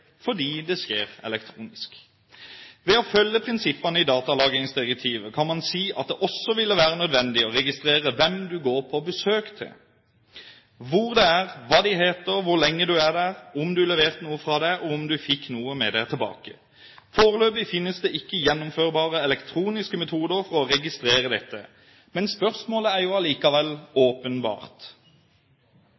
fordi det skjer elektronisk. Ved å følge prinsippene i datalagringsdirektivet kan man si at det også ville være nødvendig å registrere hvem du går på besøk til, hvor de bor, hvor lenge du er der, om du leverte noe fra deg, og om du fikk noe med deg tilbake. Foreløpig finnes det ikke gjennomførbare elektroniske metoder for å registrere dette. Men spørsmålet er allikevel